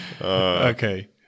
okay